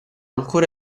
ancora